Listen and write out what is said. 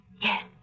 Yes